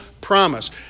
promise